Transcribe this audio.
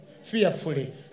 Fearfully